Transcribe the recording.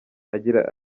agira